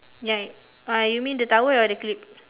ya uh you mean the towel or the clip